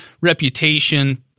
reputation